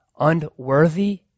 unworthy